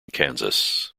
kansas